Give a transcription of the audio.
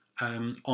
On